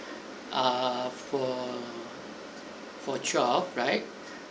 uh for for twelve right